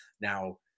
Now